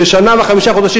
ששנה וחמישה חודשים,